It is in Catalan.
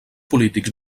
polítics